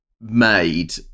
made